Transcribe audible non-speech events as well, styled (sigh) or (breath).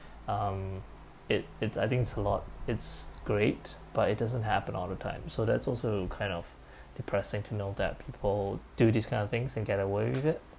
um it it's I think it's a lot it's great but it doesn't happen all the time so that's also kind of (breath) depressing to know that people do these kind of things and get away with it